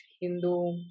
Hindu